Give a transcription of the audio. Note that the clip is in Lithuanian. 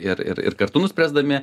ir ir ir kartu nuspręsdami